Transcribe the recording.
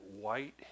white